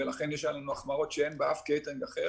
ולכן יש עלינו החמרות שאין באף קייטרינג אחר.